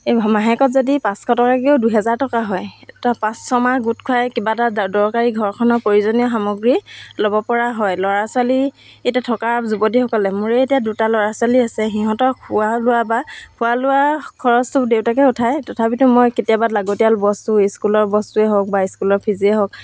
এই মাহেকত যদি পাঁচশ টকাকৈও দুহেজাৰ টকা হয় ত পাঁচ ছমাহ গোট খুৱাই কিবা এটা দৰকাৰী ঘৰখনৰ প্ৰয়োজনীয় সামগ্ৰী ল'ব পৰা হয় ল'ৰা ছোৱালী এতিয়া থকা যুৱতীসকলে মোৰেই এতিয়া দুটা ল'ৰা ছোৱালী আছে সিহঁতৰ খোৱা লোৱা বা খোৱা লোৱা খৰচটো দেউতাকে উঠায় তথাপিতো মই কেতিয়াবা লাগতীয়াল বস্তু স্কুলৰ বস্তুৱে হওক বা স্কুলৰ ফিজেই হওক